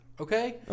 Okay